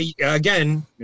again